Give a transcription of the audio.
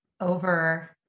over